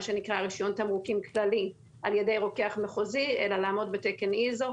מה שנקרא רישיון תמרוקים כללי על ידי רוקח מחוזי אלא לעמוד בתקן איזו.